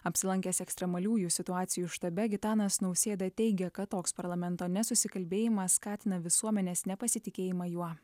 apsilankęs ekstremaliųjų situacijų štabe gitanas nausėda teigia kad toks parlamento nesusikalbėjimas skatina visuomenės nepasitikėjimą juo